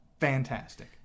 fantastic